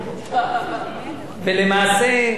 למעשה,